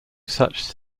such